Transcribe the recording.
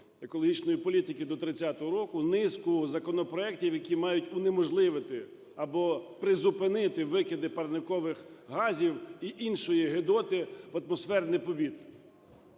екологічної політики до 30-го року, низку законопроектів, які мають унеможливити або призупинити викиди парникових газів і іншої гидоти в атмосферне повітря.